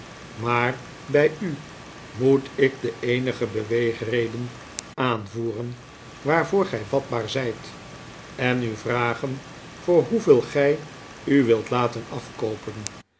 maar bij u moet ik de eenige beweegreden aanvoeren waarvoor gij vatbaar zijt en u vragen voor hoeveel gij u wilt laten afkoopen